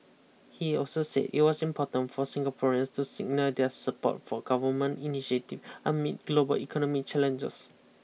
he also said it was important for Singaporeans to signal their support for government initiative amid global economic challenges